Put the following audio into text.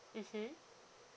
mmhmm